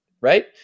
right